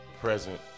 present